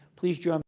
please join